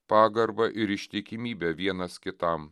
pagarbą ir ištikimybę vienas kitam